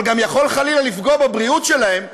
אבל גם יכול, חלילה, לפגוע בבריאות שלהם,